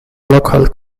local